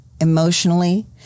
emotionally